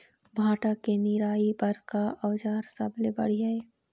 भांटा के निराई बर का औजार सबले बढ़िया ये?